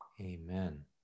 Amen